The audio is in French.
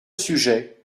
sujet